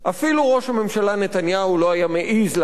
אפילו ראש הממשלה נתניהו לא היה מעז להביא